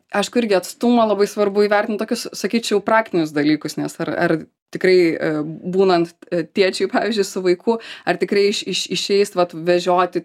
aišku irgi atstumą labai svarbu įvertint tokius sakyčiau praktinius dalykus nes ar ar tikrai būnant tėčiui pavyzdžiui su vaiku ar tikrai iš iš išeis vat vežioti